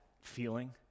feeling